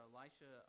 Elisha